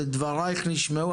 דבריך נשמעו,